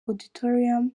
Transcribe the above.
auditorium